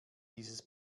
dieses